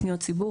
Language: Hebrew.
פניות ציבור,